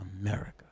America